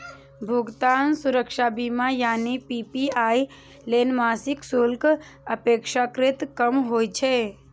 भुगतान सुरक्षा बीमा यानी पी.पी.आई लेल मासिक शुल्क अपेक्षाकृत कम होइ छै